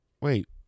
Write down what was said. Wait